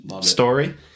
story